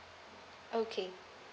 okay